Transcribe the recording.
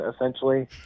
essentially